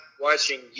watching